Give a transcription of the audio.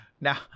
now